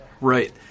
Right